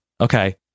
okay